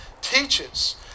teaches